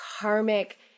karmic